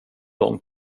lång